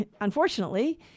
Unfortunately